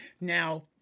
now